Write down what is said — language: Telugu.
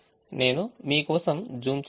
నేను మీ కోసం జూమ్ చేస్తాను